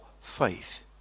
faith